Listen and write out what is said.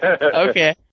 Okay